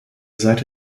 seite